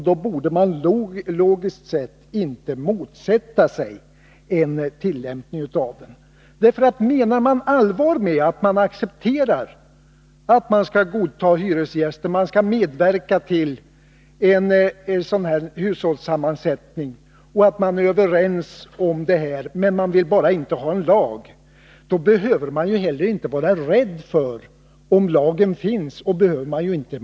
Då borde man logiskt sett inte motsätta sig en tillämpning av lagen. Menar man allvar med att man skall godta hyresgästerna och medverka till en viss variation i hushållssammansättningen, behöver man inte heller vara rädd om lagen finns.